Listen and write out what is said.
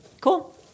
Cool